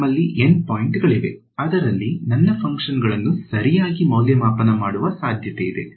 ನಮ್ಮಲ್ಲಿ N ಪಾಯಿಂಟ್ಗಳಿವೆ ಅದರಲ್ಲಿ ನನ್ನ ಫಂಕ್ಷನ್ ಗಳನ್ನು ಸರಿಯಾಗಿ ಮೌಲ್ಯಮಾಪನ ಮಾಡುವ ಸಾಧ್ಯತೆಯಿದೆ